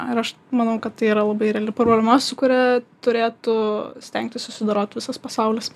ir aš manau kad tai yra labai reali problema su kuria turėtų stengtis susidorot visas pasaulis